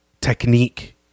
technique